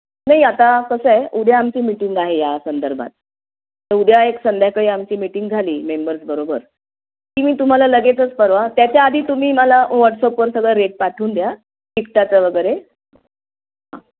नाही आता कसं आहे उद्या आमची मीटिंग आहे या संदर्भात तर उद्या एक संध्याकाळी आमची मीटिंग झाली मेंबर्सबरोबर की मी तुम्हाला लगेचच परवा त्याच्याआधी तुम्ही मला व्हॉट्सअपवर सगळं रेट पाठवून द्या तिखटाचं वगैरे हा